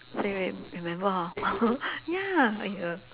so you re~ remember hor ya !aiyo!